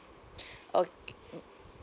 ok~ mm